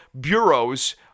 bureaus